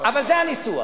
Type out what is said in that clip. אבל זה הניסוח.